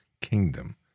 kingdom